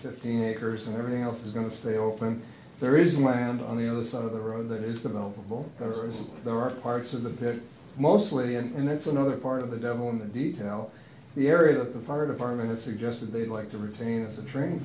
fifteen acres and everything else is going to stay open there is land on the other side of the road that is the mobile there are parts of the pit mostly and that's another part of the devil in the detail the area the fire department has suggested they'd like to retain as a training